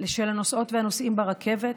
של הנוסעות והנוסעים ברכבת,